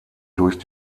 durchs